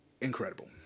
incredible